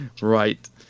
Right